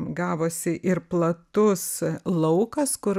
gavosi ir platus laukas kur